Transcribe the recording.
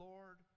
Lord